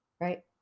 right